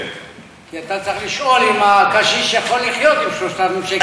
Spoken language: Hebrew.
כי אתה צריך לשאול אם הקשיש יכול לחיות עם 3,000 שקל.